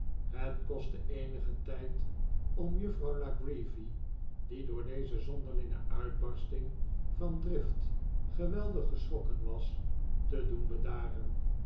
het kostte eenigen tijd om juffrouw la creevy die door deze zonderlinge uitbarsting van drift geweldig geschrokken was te doen bedaren